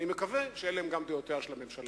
ואני מקווה שאלה הן גם דעותיה של הממשלה.